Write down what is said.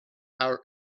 our